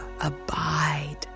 abide